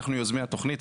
אנחנו יוזמי התוכנית,